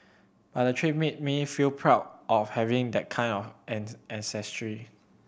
but the trip made me feel proud of having that kind of ancestry